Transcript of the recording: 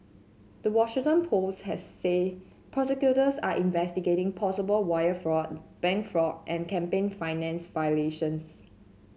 the Washington Post has said prosecutors are investigating possible wire fraud bank fraud and campaign finance violations